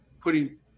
putting